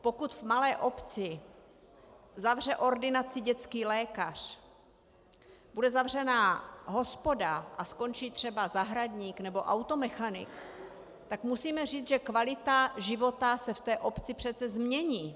Pokud v malé obci zavře ordinaci dětský lékař, bude zavřená hospoda a skončí třeba zahradník nebo automechanik, tak musíme říct, že kvalita života se v té obci přece změní.